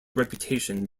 reputation